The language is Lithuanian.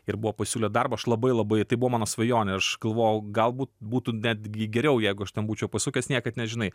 ir buvo pasiūlę darbą aš labai labai tai buvo mano svajonė aš galvojau galbūt būtų netgi geriau jeigu aš ten būčiau pasukęs niekad nežinai